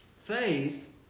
Faith